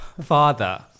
Father